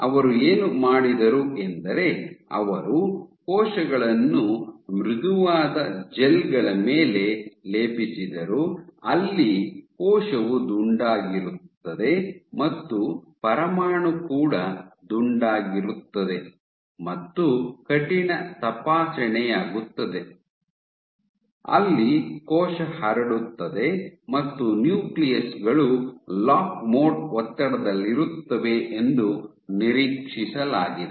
ಅವರು ಏನು ಮಾಡಿದರು ಎಂದರೆ ಅವರು ಕೋಶಗಳನ್ನು ಮೃದುವಾದ ಜೆಲ್ ಗಳ ಮೇಲೆ ಲೇಪಿಸಿದರು ಅಲ್ಲಿ ಕೋಶವು ದುಂಡಾಗಿರುತ್ತದೆ ಮತ್ತು ಪರಮಾಣು ಕೂಡ ದುಂಡಾಗಿರುತ್ತದೆ ಮತ್ತು ಕಠಿಣ ತಪಾಸಣೆಯಾಗುತ್ತದೆ ಅಲ್ಲಿ ಕೋಶ ಹರಡುತ್ತದೆ ಮತ್ತು ನ್ಯೂಕ್ಲಿಯಸ್ ಗಳು ಲಾಕ್ ಮೋಡ್ ಒತ್ತಡದಲ್ಲಿರುತ್ತವೆ ಎಂದು ನಿರೀಕ್ಷಿಸಲಾಗಿದೆ